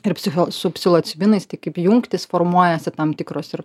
ir psicho su psilocibinais tai kaip jungtys formuojasi tam tikros ir